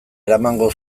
eramango